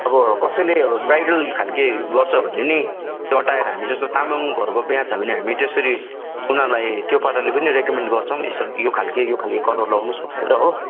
अब कसैले अब ब्राइडल खालके गर्छ भने पनि त्यो अँट्याएर हामीले तामाङहरूको बिहा छ भने हामी त्यसरी उनीहरूलाई त्यो पाराले पनि रेकोमेन्ड गर्छौँ यसरी यो खालको यो खालके कलर लगाउनुहोस् भनेर हो